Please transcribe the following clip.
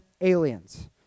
aliens